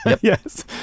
yes